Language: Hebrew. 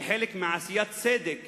כחלק מעשיית צדק